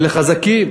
אלה חזקים.